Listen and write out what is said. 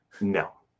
no